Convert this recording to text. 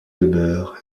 demeures